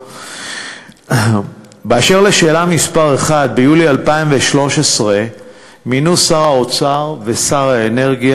1. ביולי 2013 מינו שר האוצר ושר האנרגיה,